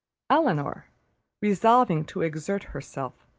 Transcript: elinor resolving to exert herself,